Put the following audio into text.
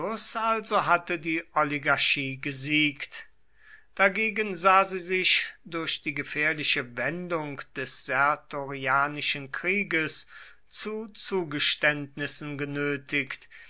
also hafte die oligarchie gesiegt dagegen sah sie sich durch die gefährliche wendung des sertorianischen krieges zu zugeständnissen genötigt